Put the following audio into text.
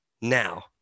now